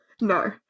No